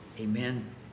Amen